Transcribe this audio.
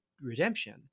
redemption